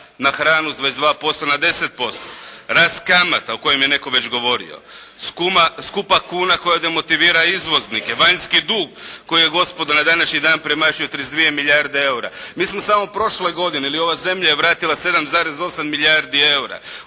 na hranu s 22% na 10%, rast kamata o kojem je netko već govorio. Skupa kuna koja demotivira izvoznike, vanjski dug koji je gospodo na današnji dan premašio 32 milijarde eura. Mi smo samo prošle godine ili ova zemlja je vratila 7,8 milijardi eura.